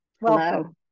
Welcome